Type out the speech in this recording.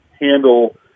handle